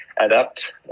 adapt